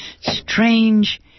strange